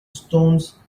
stones